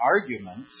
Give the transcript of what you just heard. arguments